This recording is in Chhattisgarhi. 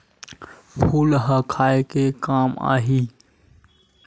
फूल ह खाये के काम आही?